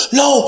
no